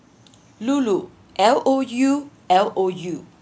loulou L O U L O U